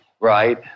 right